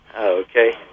okay